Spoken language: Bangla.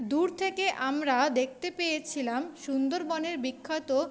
দূর থেকে আমরা দেখতে পেয়েছিলাম সুন্দরবনের বিখ্যাত